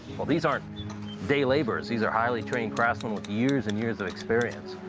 well, these aren't day laborers. these are highly trained craftsmen with years and years of experience.